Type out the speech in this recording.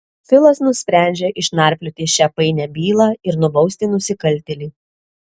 filas nusprendžia išnarplioti šią painią bylą ir nubausti nusikaltėlį